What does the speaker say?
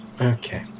Okay